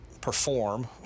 perform